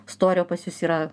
storio pas jus yra